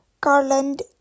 Garland